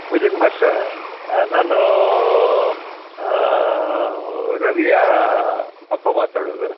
Vijay Kumar sir ನಾನು ರವಿಯ ಅಪ್ಪ ಮಾತಾಡುವುದು